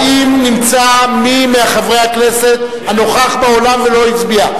האם נמצא מי מחברי הכנסת הנוכח באולם ולא הצביע?